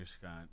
Scott